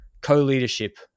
co-leadership